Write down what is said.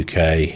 UK